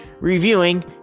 reviewing